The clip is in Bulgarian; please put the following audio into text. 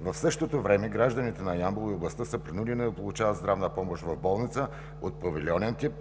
В същото време гражданите на Ямбол и областта са принудени да получават здравна помощ в болница от павилионен тип,